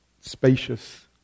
spacious